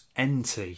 NT